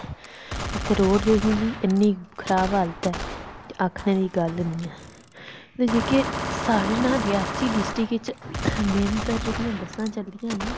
इत्थै रोड़ दी इन्नी खराब हालत ऐ ते आखने दी गल्ल निं ऐ ते जेह्के साढ़े न रियासी डिस्ट्रिक्ट बिच मेन तां जेह्कियां बस्सां चलदियां न